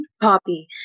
Poppy